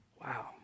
Wow